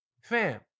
Fam